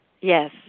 Yes